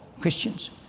Christians